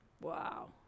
Wow